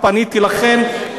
פניתי אליכם,